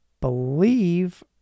believe